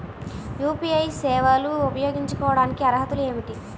UPI సేవలు ఉపయోగించుకోటానికి అర్హతలు ఏమిటీ?